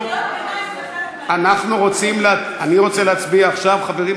יש דבר שנקרא קריאות ביניים, תתרגל.